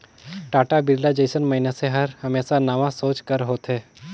टाटा, बिरला जइसन मइनसे हर हमेसा नावा सोंच कर होथे